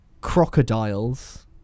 crocodiles